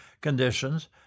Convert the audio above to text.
conditions